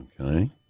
Okay